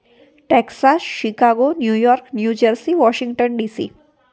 Texas Chicago New York New Jersey Washington DC